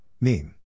Meme